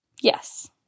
Yes